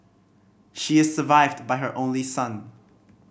she is survived by her only son